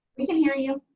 we can hear you.